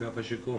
אגף השיקום